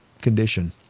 condition